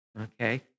okay